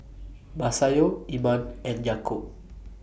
Masayu Iman and Yaakob